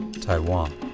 Taiwan